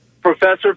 Professor